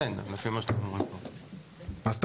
אז אתה